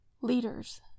leaders